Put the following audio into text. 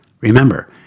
Remember